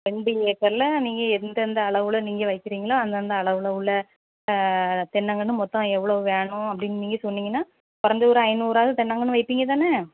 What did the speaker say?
ரெண்டு ஏக்கரில் நீங்கள் எந்தெந்த அளவில் நீங்கள் வைக்கிறிங்களோ அந்தந்த அளவில் உள்ள தென்னங்கன்று மொத்தம் எவ்வளோ வேணும் அப்படின் நீங்கள் சொன்னிகன்னா குறஞ்சது ஒரு ஐநூறாவது தென்னகன்று வைப்பீங்கதானே